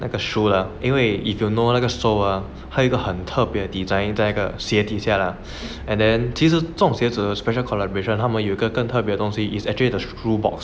那个 shoe lah 因为 if you know 那个 sew ah 他有一个很特别的 design 在那个鞋底下 lah and then 其实这种鞋子的 special collaboration 他们有个更特别东西 is actually the shoe box